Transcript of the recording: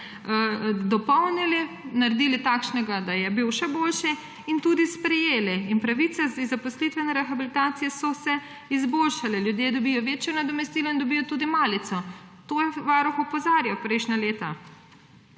dopolnili, naredili takšnega, da je bil še boljši, in tudi sprejeli. In pravice iz zaposlitvene rehabilitacije so se izboljšale. Ljudje dobijo večje nadomestilo in dobijo tudi malico. Na to je Varuh opozarjal prejšnja leta.